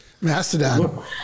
Mastodon